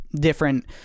different